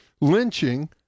lynching